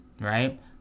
right